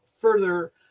further